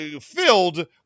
filled